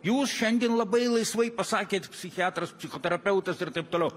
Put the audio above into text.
jūs šiandien labai laisvai pasakėt psichiatras psichoterapeutas ir taip toliau